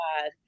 God